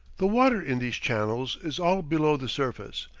the water in these channels is all below the surface,